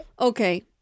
Okay